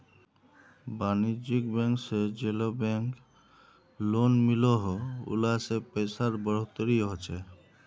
वानिज्ज्यिक बैंक से जेल बैंक लोन मिलोह उला से पैसार बढ़ोतरी होछे